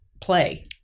play